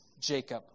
Jacob